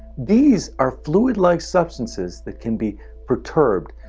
these are fluid-like substances that can be perturbed.